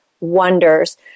wonders